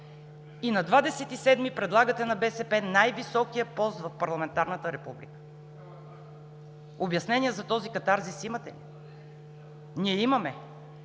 и на 27 предлагате на БСП най-високия пост в парламентарната република? Обяснения за този катарзис имате ли? Ние имаме.